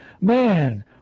Man